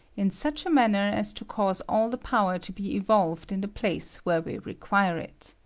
in such a manner as to cause all the power to be evolved in the place where we require it.